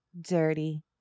dirty